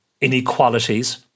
inequalities